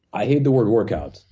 i hate the word workout.